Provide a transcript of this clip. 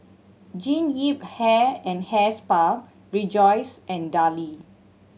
Jean Yip Hair and Hair Spa Rejoice and Darlie